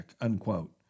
unquote